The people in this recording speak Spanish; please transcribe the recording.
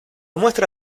muestra